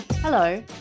Hello